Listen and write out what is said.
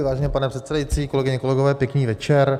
Vážený pane předsedající, kolegyně, kolegové, pěkný večer.